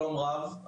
שלום רב.